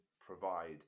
provide